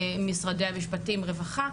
משרדי המשפטים והרווחה.